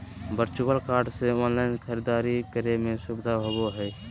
virtual card से online खरीदारी करे में सुबधा होबो हइ